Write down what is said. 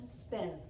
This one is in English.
spin